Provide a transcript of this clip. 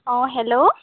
অ hello